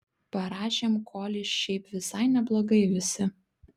parašėm kolį šiaip visai neblogai visi